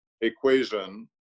equation